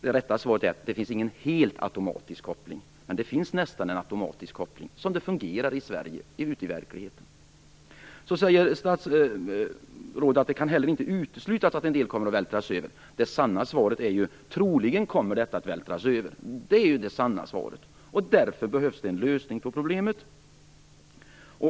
Det rätta svaret är att det inte finns någon helt automatisk koppling. Men som det fungerar i Sverige - ute i verkligheten - är den nästan automatisk. Vidare säger statsrådet att det inte heller kan uteslutas att en del kommer att vältras över. Det sanna svaret är ju att det är troligt att detta kommer att vältras över. Därför behövs det en lösning på problemet.